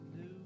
new